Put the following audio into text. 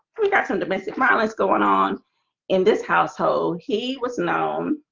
we got some domestic violence going on in this household. he was known